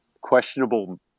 questionable